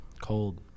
Cold